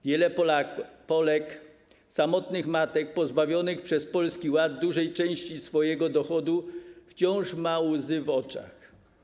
Wiele Polek, samotnych matek pozbawionych przez Polski Ład dużej części swojego dochodu, wciąż ma łzy w oczach.